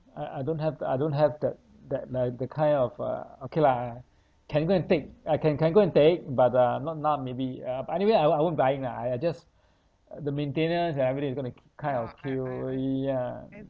I I don't have I don't have that that like the kind of uh okay lah can go and take I can can go and take but uh not now maybe uh but anyway I I won't buy it lah I I just the maintenance and everything is going to ki~ kind of kill me yeah